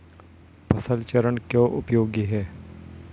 फसल चरण क्यों उपयोगी है?